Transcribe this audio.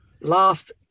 last